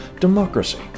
democracy